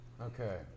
Okay